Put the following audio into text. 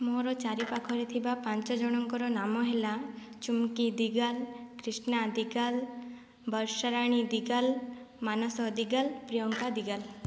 ମୋର ଚାରି ପାଖରେ ଥିବା ପାଞ୍ଚ ଜଣଙ୍କର ନାମ ହେଲା ଚୁମ୍କି ଦିଗାଲ କ୍ରିଷ୍ଣା ଦିଗାଲ ବର୍ଷାରାଣୀ ଦିଗାଲ ମାନସ ଦିଗାଲ ପ୍ରିୟଙ୍କା ଦିଗାଲ